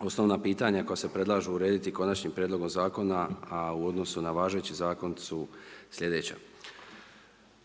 Osnovna pitanja koja se predlažu urediti konačnim prijedlogom Zakona a u odnosu na važeći Zakon su sljedeća,